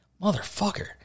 motherfucker